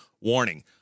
Warning